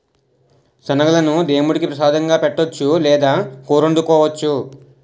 శనగలను దేముడికి ప్రసాదంగా పెట్టొచ్చు లేదా కూరొండుకోవచ్చు